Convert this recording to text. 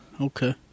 okay